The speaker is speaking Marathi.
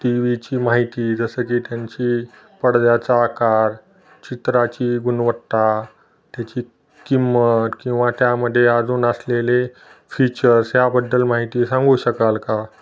टी व्हीची माहिती जसं की त्यांची पडद्याचा आकार चित्राची गुणवत्ता त्याची किंमत किंवा त्यामध्ये अजून असलेले फीचर्स याबद्दल माहिती सांगू शकाल का